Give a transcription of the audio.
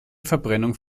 verbrennung